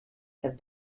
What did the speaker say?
have